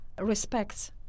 respects